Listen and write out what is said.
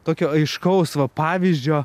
tokio aiškaus va pavyzdžio